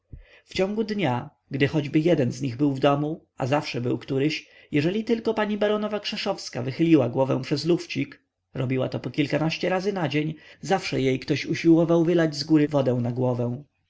w ciągu dnia gdy choćby jeden z nich był w domu a zawsze był któryś jeżeli tylko pani baronowa krzeszowska wychyliła głowę przez lufcik robiła to po kilkanaście razy na dzień zawsze jej ktoś usiłował wylać z góry wodę na głowę